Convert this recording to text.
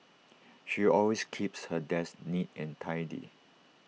she always keeps her desk neat and tidy